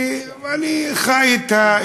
כי אני חי אתה,